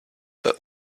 but